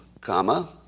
comma